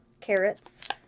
carrots